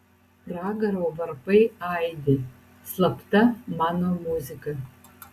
pragaro varpai aidi slapta mano muzika